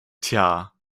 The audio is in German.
tja